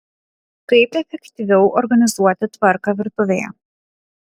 kaip efektyviau organizuoti tvarką virtuvėje